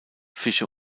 fische